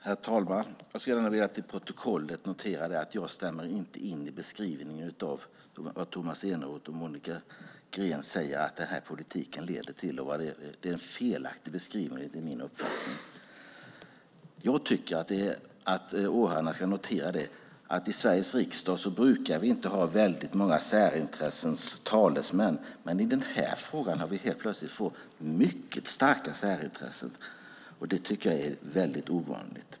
Herr talman! Jag skulle gärna vilja få fört till protokollet att jag inte instämmer i beskrivningen av det Tomas Eneroth och Monica Green säger om vad den här politiken leder till. Det är en felaktig beskrivning enligt min uppfattning. Jag tycker att åhörarna ska notera att i Sveriges riksdag brukar vi inte ha talesmän för särintressen, men i den här frågan har vi helt plötsligt fått in mycket starka särintressen, och det tycker jag är väldigt ovanligt.